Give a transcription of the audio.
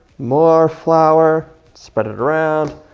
more flour spread it around,